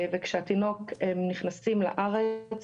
הם נכנסים לארץ,